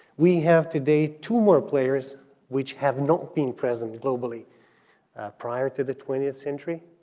we have today two more players which have not been present globally prior to the twentieth century.